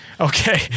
okay